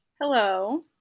Hello